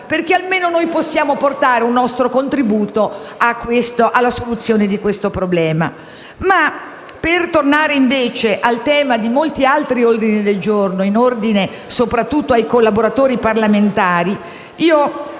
affinché almeno noi possiamo portare un nostro contributo alla soluzione di questo problema. Per tornare, invece, al tema di molti altri ordini del giorno, rispetto, soprattutto, ai collaboratori parlamentari,